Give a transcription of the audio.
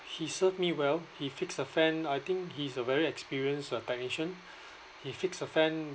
he served me well he fixed the fan I think he is a very experience uh technician he fixed the fan